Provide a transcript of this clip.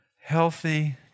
healthy